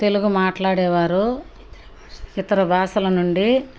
తెలుగు మాట్లాడేవారు ఇతర బాషల నుండి